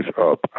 up